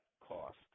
cost